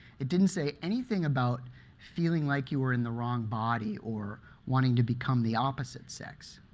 it didn't say anything about feeling like you were in the wrong body or wanting to become the opposite sex.